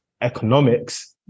economics